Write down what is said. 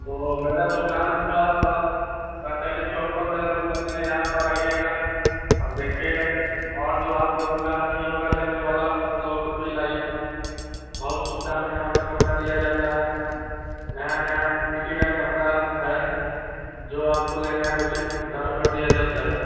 तो मेरा दुकान हुआ बस सरकारी चौक पर मेरा दुकान है यहाँ पर आइएगा और देखिएगा और जो आप लोग का आदमी होगा लेने वाला उन लोग को भी लाईए बहुत सुविधा में यहाँ पर कपड़ा दिया जाता है नया नया नीति का कपड़ा है जो आपको लेना है उचित दर पर दिया जाता है